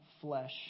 flesh